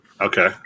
Okay